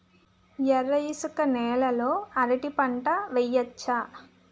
ఎర్ర ఇసుక నేల లో అరటి పంట వెయ్యచ్చా?